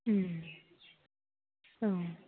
औ